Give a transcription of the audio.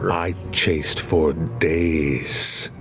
i chased for days